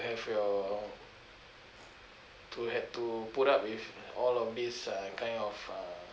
have your to ha~ to put up with all of this uh kind of uh